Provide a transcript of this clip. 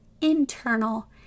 internal